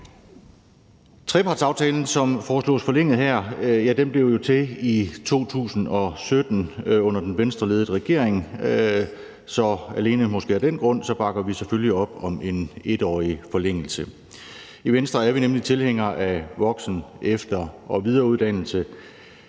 Trepartsaftalen, som foreslås forlænget her, blev jo til i 2017 under den Venstreledede regering, så måske alene af den grund bakker vi selvfølgelig op om en 1-årig forlængelse. I Venstre er vi nemlig tilhængere af voksen-, efter- og videreuddannelse.